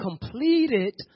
completed